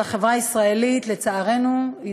לצערנו,